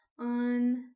on